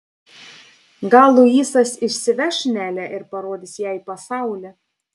gal luisas išsiveš nelę ir parodys jai pasaulį